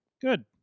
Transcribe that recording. Good